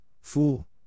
Fool